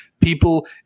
people